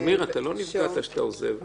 אמיר, אתה לא נפגעת שאתה עוזב.